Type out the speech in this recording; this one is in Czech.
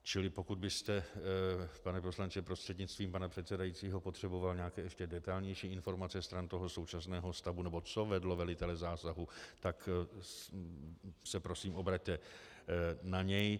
Čili pokud byste, pane poslanče prostřednictvím pana předsedajícího, potřeboval nějaké ještě detailnější informace stran toho současného stavu, nebo co vedlo velitele zásahu, tak se prosím obraťte na něj.